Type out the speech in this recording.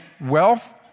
wealth